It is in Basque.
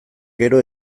gero